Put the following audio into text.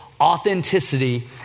authenticity